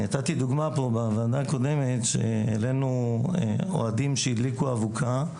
נתתי דוגמא פה בוועדה הקודמת שהבאנו אוהדים שהדליקו אבוקה,